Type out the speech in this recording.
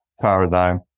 paradigm